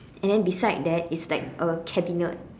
and then beside that it's like a cabinet